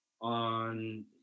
on